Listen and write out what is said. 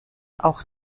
auch